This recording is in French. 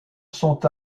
sont